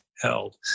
held